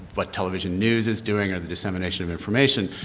what television news is doing or the dissemination of information.